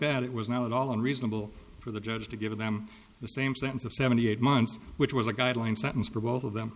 that it was not at all unreasonable for the judge to give them the same sentence of seventy eight months which was a guideline sentence for both of them